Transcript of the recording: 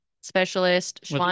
specialist